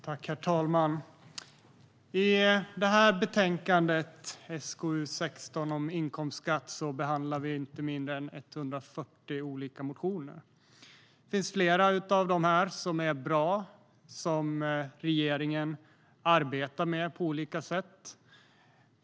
Herr talman! I det här betänkandet om inkomstskatt, SkU16, behandlar vi inte mindre än 140 motioner. Flera av dem är bra, och regeringen arbetar med dem på olika sätt.